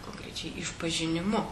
konkrečiai išpažinimu